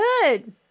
Good